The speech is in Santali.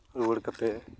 ᱨᱩᱣᱟᱹᱲ ᱠᱟᱛᱮᱫ